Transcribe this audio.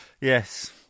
Yes